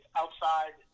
outside